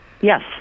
Yes